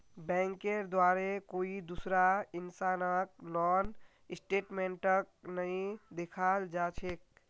बैंकेर द्वारे कोई दूसरा इंसानक लोन स्टेटमेन्टक नइ दिखाल जा छेक